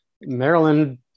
Maryland